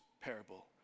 parable